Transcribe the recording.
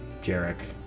Jarek